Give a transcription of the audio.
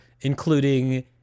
including